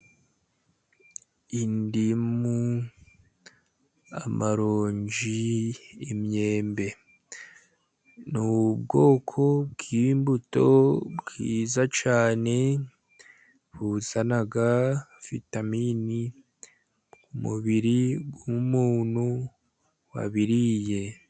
Indimu , amaroji, imyembe , ni ubwoko bw'imbuto bwiza cyane, buzana vitamini . Umubiri w'umuntu wabiriye